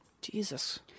Jesus